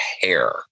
hair